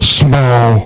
small